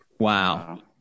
Wow